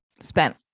spent